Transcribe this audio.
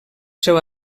seu